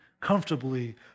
comfortably